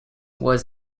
was